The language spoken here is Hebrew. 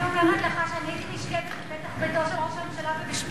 אני אומרת לך שאני הייתי נשכבת בפתח ביתו של ראש הממשלה ובשפכטל,